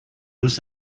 lose